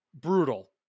Brutal